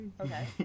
Okay